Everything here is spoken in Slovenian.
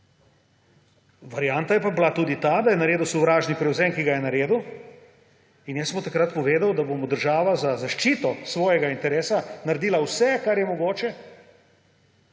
Varianta pa je bila tudi ta, da je naredil sovražni prevzem, ki ga je naredil, in jaz sem mu takrat povedal, da bo država za zaščito svojega interesa naredila vse, kar je mogoče,